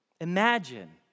Imagine